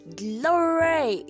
glory